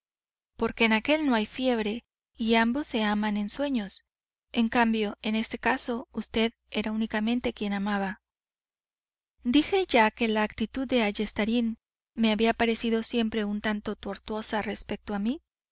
porque en aquél no hay fiebre y ambos se aman en sueños en cambio en este caso vd era únicamente quien amaba dije ya que la actitud de ayestarain me había parecido siempre un tanto tortuosa respecto a mí